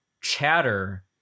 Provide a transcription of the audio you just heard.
chatter